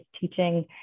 teaching